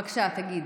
בבקשה, תגיד.